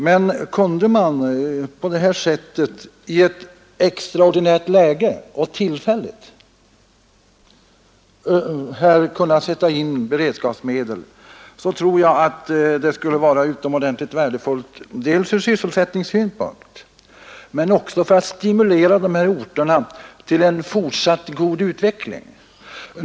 Men kunde man i ett så här extraordinärt läge och tillfälligt anslå beredskapsmedel, tror jag att det skulle vara utomordentligt värdefullt både från sysselsättningssynpunkt och för att stimulera dessa orter till fortsatt god utveckling.